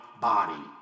body